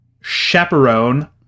chaperone